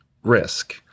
risk